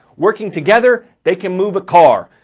working together, they can move a car.